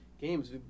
Games